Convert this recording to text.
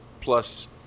plus